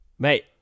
Mate